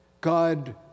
God